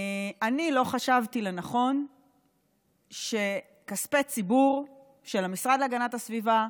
אני לא חשבתי שנכון שכספי ציבור של המשרד להגנת הסביבה,